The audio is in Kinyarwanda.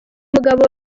mugabo